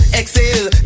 exhale